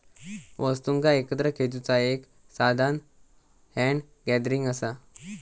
वस्तुंका एकत्र खेचुचा एक साधान हॅन्ड गॅदरिंग असा